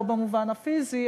לא במובן הפיזי,